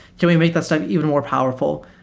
can we make that stuff even more powerful,